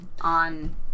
on